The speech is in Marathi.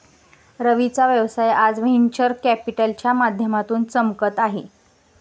रवीचा व्यवसाय आज व्हेंचर कॅपिटलच्या माध्यमातून चमकत आहे